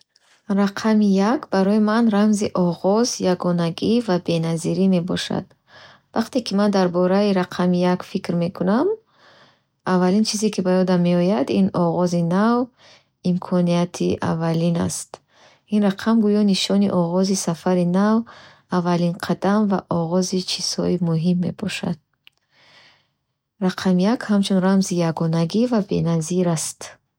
Рақами як барои ман рамзи оғоз, ягонагӣ ва беназирӣ мебошад. Вақте ки ман дар бораи рақами як фикр мекунам, аввалин чизе, ки ба ёдам меояд оғози нав ва имконияти аввалин аст. Ин рақам гӯё нишони оғози сафари нав, аввалин қадам ва оғози чизҳои муҳим мебошад. Рақами як ҳамчунин рамзи ягонагӣ ва беназир аст.